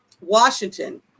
Washington